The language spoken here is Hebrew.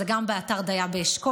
זה גם באתר דיה באשכול,